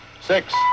six